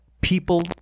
people